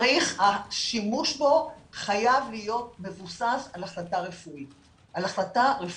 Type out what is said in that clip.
השימוש בו חייב להיות מבוסס על החלטה רפואית בלבד.